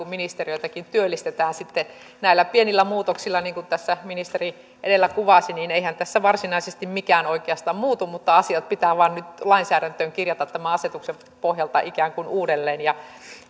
ministeriöitäkin työllistetään sitten näillä pienillä muutoksilla niin kuin tässä ministeri edellä kuvasi niin eihän tässä varsinaisesti mikään oikeasti muutu mutta asiat pitää nyt vain lainsäädäntöön kirjata tämän asetuksen pohjalta ikään kuin uudelleen